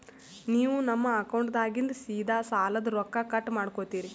ನೀವು ನಮ್ಮ ಅಕೌಂಟದಾಗಿಂದ ಸೀದಾ ಸಾಲದ ರೊಕ್ಕ ಕಟ್ ಮಾಡ್ಕೋತೀರಿ?